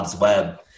web